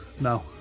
No